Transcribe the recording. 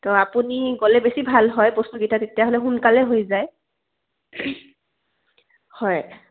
তো আপুনি গ'লে বেছি ভাল হয় বস্তুকেইটা তেতিয়াহ'লে সোনকালে হৈ যায় হয়